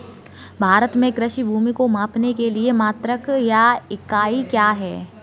भारत में कृषि भूमि को मापने के लिए मात्रक या इकाई क्या है?